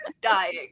dying